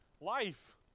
Life